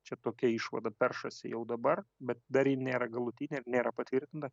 čia tokia išvada peršasi jau dabar bet dar ji nėra galutinė ir nėra patvirtina